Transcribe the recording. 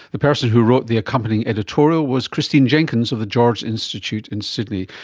the person who wrote the accompanying editorial was christine jenkins of the george institute in sydney.